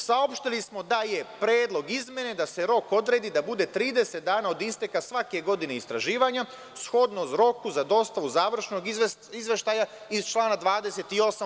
Saopštili smo da je predlog izmene da se rok odredi da bude 30 dana od isteka svake godine istraživanja, shodno roku za dostavu završnog izveštaja iz člana 28.